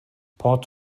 port